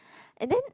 and then